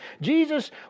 Jesus